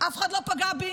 אף אחד לא פגע בי.